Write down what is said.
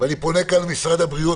ואני פונה כאן למשרד הבריאות.